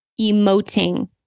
emoting